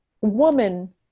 woman